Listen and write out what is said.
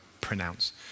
pronounce